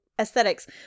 Aesthetics